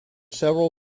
several